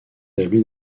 établis